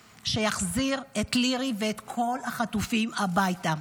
שיחזיר את לירי ואת כל החטופים הביתה.